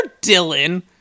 Dylan